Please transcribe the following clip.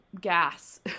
gas